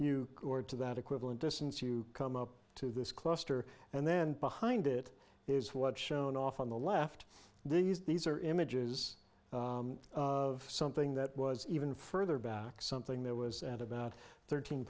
had to that equivalent distance you come up to this cluster and then behind it is what shown off on the left these these are images of something that was even further back something that was at about thirteen